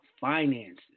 finances